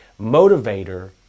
motivator